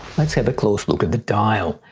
let's have a close look at the dial.